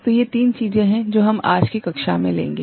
तो ये तीन चीजें हैं जो हम आज की कक्षा में लेंगे